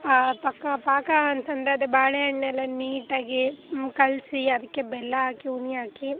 ಆ ಪಕ್ಕ ಪಾಕ ಅಂತಂದರೆ ಅದೇ ಬಾಳೆ ಹಣ್ಣೆಲ್ಲ ನೀಟಾಗಿ ಕಲಸಿ ಅದಕ್ಕೆ ಬೆಲ್ಲ ಹಾಕಿ ಉಣಿ ಹಾಕಿ